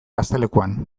gaztelekuan